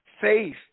Faith